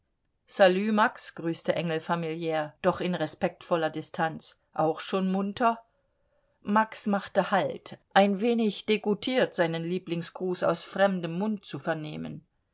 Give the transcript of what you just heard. salü max grüßte engel familiär doch in respektvoller distanz auch schon munter max machte halt ein wenig degoutiert seinen lieblingsgruß aus fremdem mund zu vernehmen